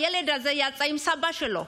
הילד הזה יצא עם סבא שלו.